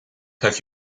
have